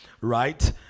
right